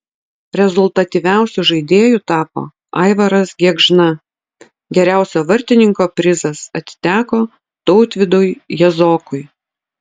rezultatyviausiu žaidėju tapo aivaras gėgžna geriausio vartininko prizas atiteko tautvydui jazokui